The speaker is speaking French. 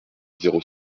zéro